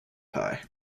pie